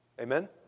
Amen